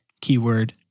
keyword